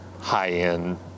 high-end